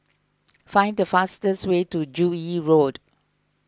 find the fastest way to Joo Yee Road